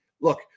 Look